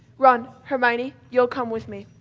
ron, hermione, you'll come with me.